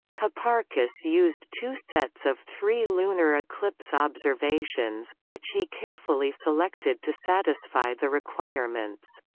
hipparchus used two sets of three lunar eclipse observations, which he carefully selected to satisfy the requirements.